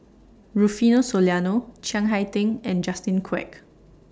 Rufino Soliano Chiang Hai Ding and Justin Quek